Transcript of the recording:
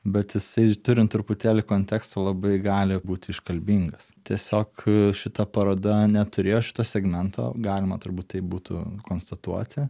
bet jisai turint truputėlį konteksto labai gali būt iškalbingas tiesiog šita paroda neturėjo šito segmento galima turbūt taip būtų konstatuoti